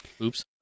Oops